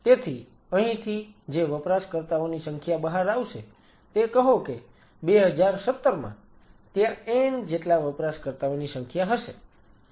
તેથી અહીંથી જે વપરાશકર્તાઓની સંખ્યા બહાર આવશે તે કહો કે 2017 માં ત્યાં n જેટલા વપરાશકર્તાઓની સંખ્યા હશે